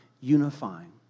unifying